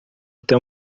até